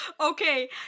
Okay